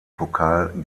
pokal